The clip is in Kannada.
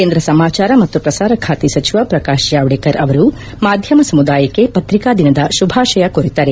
ಕೇಂದ್ರ ಸಮಾಚಾರ ಮತ್ತು ಪ್ರಸಾರ ಖಾತೆ ಸಚಿವ ಪ್ರಕಾಶ್ ಜಾವಡೇಕರ್ ಅವರು ಮಾಧ್ವಮ ಸಮುದಾಯಕ್ಕೆ ಪತ್ರಿಕಾ ದಿನದ ಶುಭಾಶಯ ಕೋರಿದ್ದಾರೆ